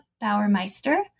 Bauermeister